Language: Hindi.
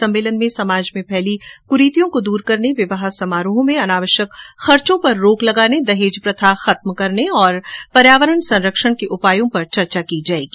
सम्मेलन में समाज में फैली कुरीतियों को दूर करने विवाह समारोह में अनावश्यक खर्चों पर रोक लगाने दहेज प्रथा खत्म करने और पर्यावरण संरक्षण के उपायों पर चर्चा की जायेगी